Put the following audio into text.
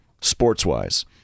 sports-wise